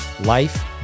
life